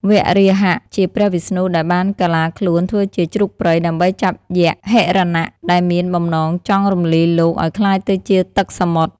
វរាហៈ ជាព្រះវិស្ណុដែលបានកាឡាខ្លួនធ្វើជាជ្រូកព្រៃ ដើម្បីចាប់យក្សហិរណៈ ដែលមានបំណងចង់រំលាយលោកឱ្យក្លាយទៅជាទឹកសមុទ្រ។